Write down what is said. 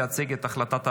להציג את החלטת הוועדה.